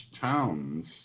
towns